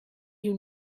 you